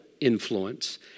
influence